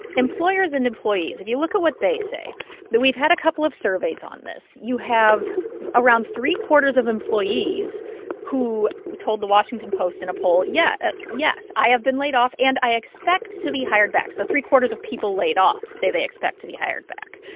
employers and employees, if you look at what they say we've had a couple of surveys on this. you have around three-quarters of employees who who told the washington post in a poll, yeah yes, i have been laid off and i expect to be hired back. so three-quarters of people laid off say they expect to be hired back.